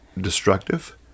destructive